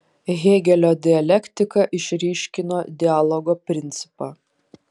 hėgelio dialektika išryškino dialogo principą